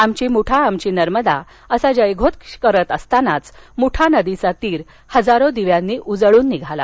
आमची मुठा आमची नर्मदा असा जयघोष करीत यावेळी मुठा नदीचा तीर हजारो दिव्यांनी उजळून निघाला